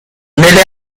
nelle